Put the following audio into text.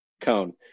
cone